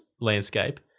landscape